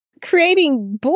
Creating